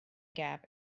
gap